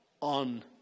on